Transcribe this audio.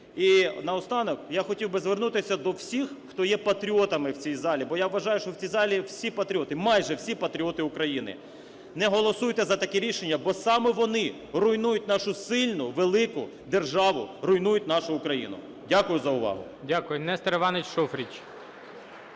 І наостанок я б хотів звернутися до всіх, хто є патріотами в цій залі, бо я вважаю, що в цій залі всі патріоти, майже всі патріоти України: не голосуйте за такі рішення, бо саме вони руйнують нашу сильну велику державу, руйнують нашу Україну. Дякую за увагу. ГОЛОВУЮЧИЙ. Дякую. Нестор Іванович Шуфрич,